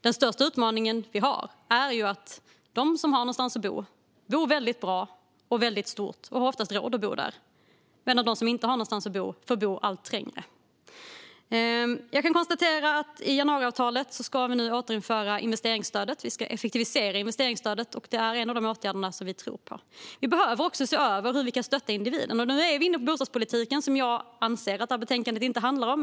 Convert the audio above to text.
Den största utmaning vi har är att de som har någonstans att bo bor väldigt bra och stort och oftast har råd att bo där medan de som inte har någonstans att bo får bo allt trängre. I januariavtalet ska vi nu återinföra investeringsstödet och effektivisera det. Det är en av de åtgärder vi tror på. Vi behöver också se över hur vi kan stötta individen. Nu är vi inne på bostadspolitiken, som jag anser att detta betänkande inte handlar om.